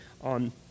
on